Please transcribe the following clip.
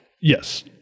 Yes